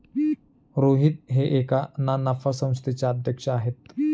रोहित हे एका ना नफा संस्थेचे अध्यक्ष आहेत